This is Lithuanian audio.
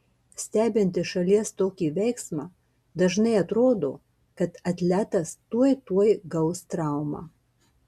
stebint iš šalies tokį veiksmą dažnai atrodo kad atletas tuoj tuoj gaus traumą